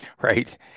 Right